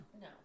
No